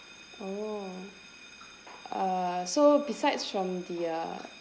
oh uh so besides from the uh